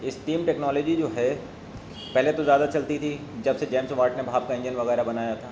esteem technology جو ہے پہلے تو زیادہ چلتی تھی جب سے جیمس واٹ نے بھاپ کا انجن وغیرہ بنایا تھا